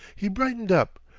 he brightened up,